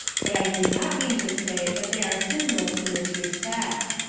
but i do not mean to say that they are sinless in this respect.